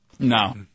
No